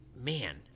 Man